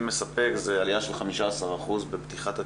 מספק זה עלייה של 15% בפתיחת התיקים.